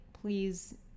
Please